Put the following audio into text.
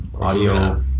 audio